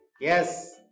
Yes